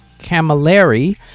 Camilleri